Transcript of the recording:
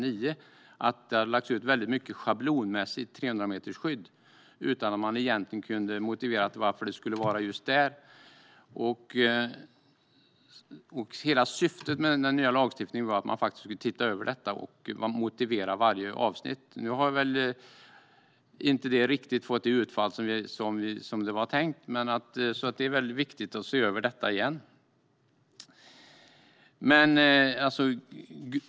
Väldigt mycket hade lagts ut schablonmässigt när det gäller 300-metersskydd utan att man egentligen kunde motivera varför det skulle vara just där. Hela syftet med den nya lagstiftningen var att se över detta och motivera varje avsnitt. Nu har det inte riktigt blivit det utfall som var tänkt, men det är viktigt att se över detta igen.